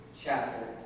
chapter